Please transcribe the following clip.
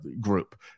group